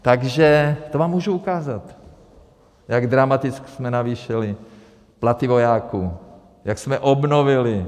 Takže to vám můžu ukázat, jak dramaticky jsme navýšili platy vojáků, jak jsme obnovili.